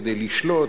כדי לשלוט.